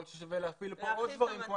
יכול להיות ששווה להפעיל פה עוד דברים כמו